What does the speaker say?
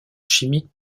chimique